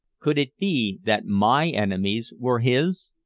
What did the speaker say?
could it be that my enemies were his?